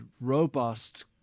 robust